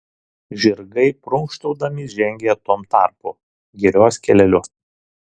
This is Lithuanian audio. žirgai prunkštaudami žengė tuom tarpu girios keleliu